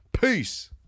Peace